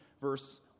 verse